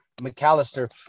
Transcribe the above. McAllister